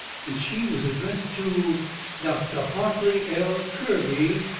and she was addressed to dr. hartley l. kirby,